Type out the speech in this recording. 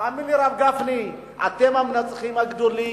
תאמין לי, הרב גפני, אתם המנצחים הגדולים,